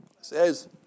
says